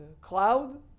cloud